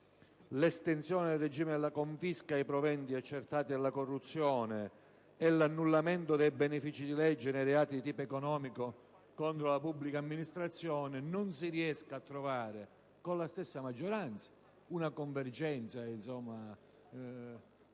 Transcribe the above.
sull'estensione del regime della confisca ai proventi accertati della corruzione e sull'annullamento dei benefici di legge nei reati di tipo economico e contro la pubblica amministrazione, non si riesca a trovare con la stessa maggioranza una convergenza. È difficile